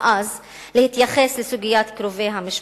אז להתייחס לסוגיית קרובי המשפחה.